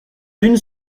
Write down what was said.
d’une